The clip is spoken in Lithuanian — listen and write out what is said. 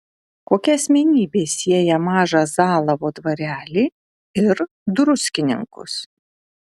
kokia asmenybė sieja mažą zalavo dvarelį ir druskininkus